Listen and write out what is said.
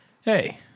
hey